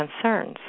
concerns